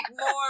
more